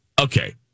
Okay